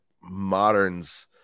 moderns